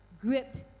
gripped